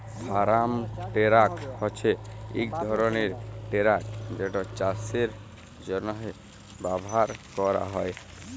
farm truck হছে ইক ধরলের টেরাক যেট চাষের জ্যনহে ব্যাভার ক্যরা হয়